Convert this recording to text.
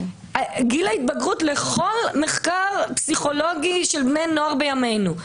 גיל ההתבגרות בכל מחקר פסיכולוגי של בני נוער בימינו.